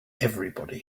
everyone